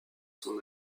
son